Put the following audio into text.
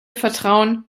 vertrauen